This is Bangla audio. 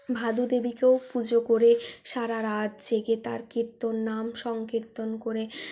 ভাদু দেবীকেও পুজো করে সারা রাত জেগে তার কীর্তন নাম সংকীর্তন করে